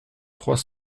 trois